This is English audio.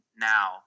now